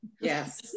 yes